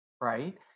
Right